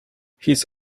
his